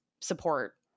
support